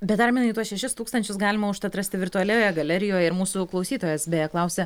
bet arminai tuos šešis tūkstančius galima užtat rasti virtualioje galerijoje ir mūsų klausytojas beje klausia